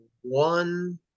one